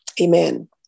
Amen